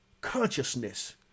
Consciousness